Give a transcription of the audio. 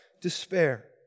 despair